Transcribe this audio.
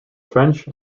french